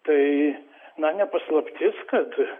tai na ne paslaptis kad